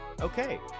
okay